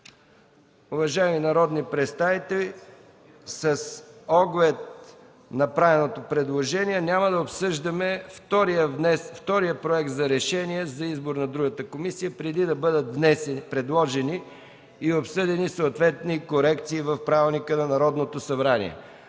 Уважаеми народни представители, с оглед направеното предложение няма да обсъждаме втория Проект за решение за избор на другата комисия, преди да бъдат предложени и обсъдени съответни корекции в Правилника на Народното събрание.